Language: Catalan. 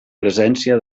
presència